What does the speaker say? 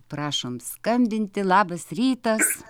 prašom skambinti labas rytas